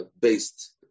based